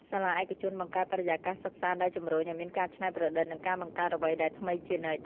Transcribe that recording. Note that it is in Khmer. សាលាឯកជនបង្កើតបរិយាកាសសិក្សាដែលជំរុញឱ្យមានការច្នៃប្រឌិតនិងការបង្កើតអ្វីដែលថ្មីជានិច្ច។